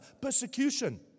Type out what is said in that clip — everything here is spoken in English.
persecution